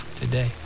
today